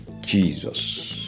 Jesus